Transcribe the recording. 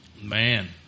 Man